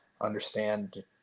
understand